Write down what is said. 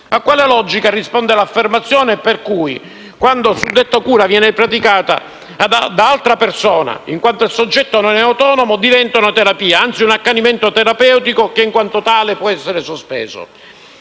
A quale logica risponde l'affermazione per cui, quando la suddetta cura viene praticata da altra persona, in quanto il soggetto non è autonomo, diventa una terapia, anzi un accanimento terapeutico, che, in quanto tale, può essere sospeso?